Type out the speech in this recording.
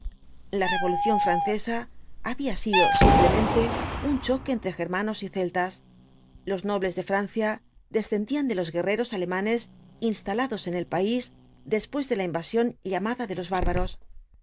la revolución francesa había sido simplemente un choque entre germanos y celtas ijos nobles de francia descendían de los guerreros alemanes instalados en el país después de la invasión llamada de los bárbaros